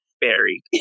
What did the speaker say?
buried